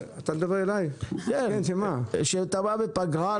אני מדבר על כבודה של הכנסת.